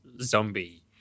zombie